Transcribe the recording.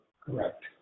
Correct